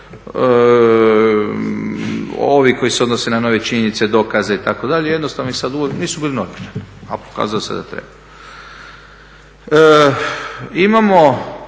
ovi koji se odnose na nove činjenice, dokaze itd., jednostavno ih sada, nisu bile normirane a pokazalo se da treba. Imamo